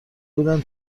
بودن